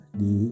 di